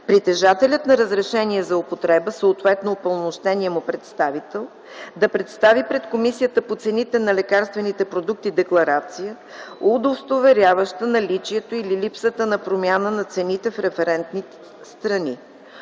притежателят на разрешение за употреба, съответно упълномощеният му представител, да представи пред Комисията по цените на лекарствените продукти декларация, удостоверяваща наличието или липсата на промяна на цените в референтни страни.